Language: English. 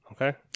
Okay